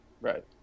Right